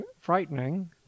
frightening